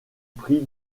prix